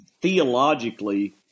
theologically